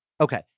Okay